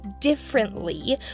differently